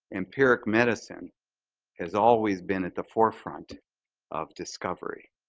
empiric medicine has always been at the forefront of discovery.